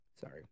sorry